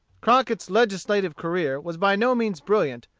crockett's legislative career was by no means brilliant,